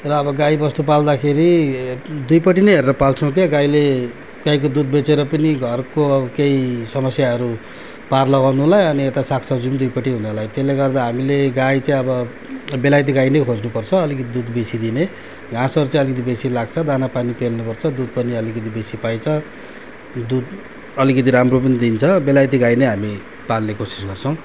तर अब गाईबस्तु पाल्दाखेरि दुईपट्टि नै हेरेर पाल्छौँ क्या गाईले गाईको दुध बेचेर पनि घरको अब केही समस्याहरू पार लगाउनुलाई अनि यता सागसब्जी पनि दुईपट्टि हुनलाई त्यसले गर्दा हामीले गाई चाहिँ अब बेलायती गाई नै खोज्नुपर्छ अलिकति दुध बेसी दिने घाँसहरू चाहिँ अलिकति बेसी लाग्छ दानापानी पेल्नुपर्छ दुध पनि अलिकति बेसी पाइन्छ दुध अलिकति राम्रो पनि दिन्छ बेलायती गाई नै हामी पाल्ने कोसिस गर्छौँ